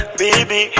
baby